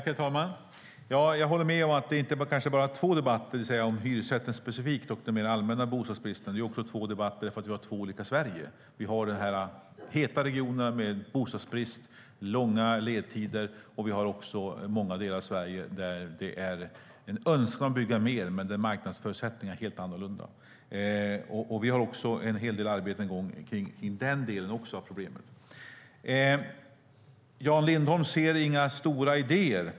Herr talman! Jag håller med om att det kanske inte bara är två debatter, det vill säga om hyresrätten specifikt och om den mer allmänna bostadsbristen. Det är också två debatter därför att vi har två olika Sverige. Vi har de heta regionerna med bostadsbrist och långa ledtider. Men vi har också många delar av Sverige där det finns en önskan om att bygga mer men där marknadsförutsättningarna är helt annorlunda. Vi har en hel del arbete i gång också kring den delen av problemet. Jan Lindholm ser inga stora idéer.